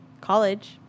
college